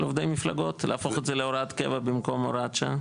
על עובדי מפלגות להפוך את זה להוראת קבע במקום הוראת שעה?